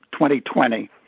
2020